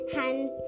hands